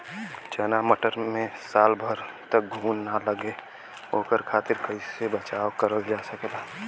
चना मटर मे साल भर तक घून ना लगे ओकरे खातीर कइसे बचाव करल जा सकेला?